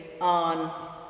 On